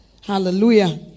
Hallelujah